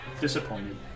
disappointed